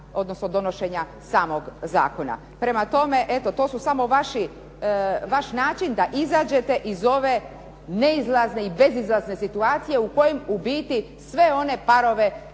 odnosno donošenja samog zakona. Prema tome, eto to su samo vaš način da izađete iz ove neizlazne i bezizlazne situacije u kojim u biti sve one parove